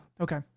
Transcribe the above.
okay